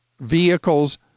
vehicles